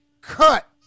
Cut